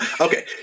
Okay